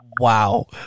Wow